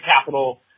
capital